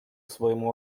своему